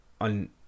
on